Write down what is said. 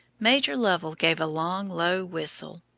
major lovell gave a long, low whistle.